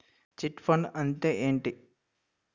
Chit fund అంటే ఏంటి?